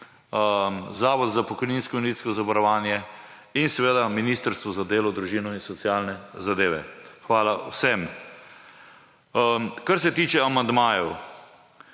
Zavod za pokojninsko in invalidko zavarovanje in seveda Ministrstvo za delo, družino in socialne zadeve. Hvala vsem. Kar se tiče amandmajev.